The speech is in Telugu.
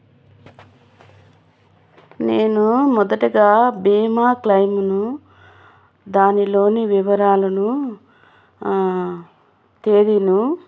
నేను మొదటగా బీమా క్లెయిమ్ను దానిలోని వివరాలను తేదీను